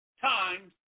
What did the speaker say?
times